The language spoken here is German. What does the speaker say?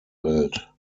welt